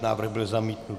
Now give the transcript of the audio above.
Návrh byl zamítnut.